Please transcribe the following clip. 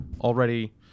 already